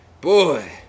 boy